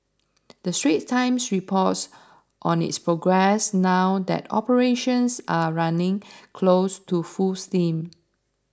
the Straits Times reports on its progress now that operations are running close to full steam